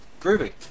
Groovy